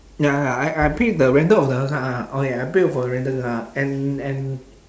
ya ya I I paid the rental of the car okay I paid for the rental car and and